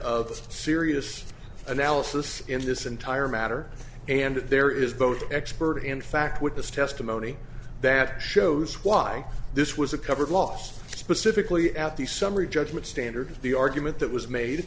of serious analysis in this entire matter and there is both expert in fact witness testimony that shows why this was a covered loss specifically at the summary judgment standard the argument that was made